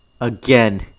again